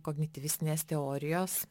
kognityvistinės teorijos